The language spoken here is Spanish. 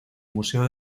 museo